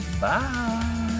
Bye